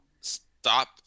stop